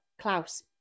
Klaus